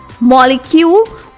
molecule